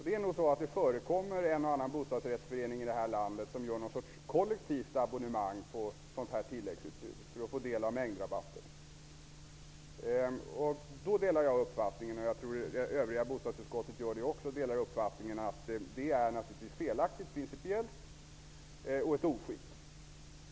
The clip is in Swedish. Det förekommer nog en och annan bostadsrättsförening i det här landet som för att få del av mängdrabatten har något slags kollektivt abonnemang på sådant tilläggsutbud. I det fallet delar jag uppfattningen, vilket jag också tror att övriga i utskottet gör, att det naturligtvis är principiellt felaktigt och ett oskick.